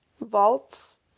Vaults